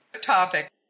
topic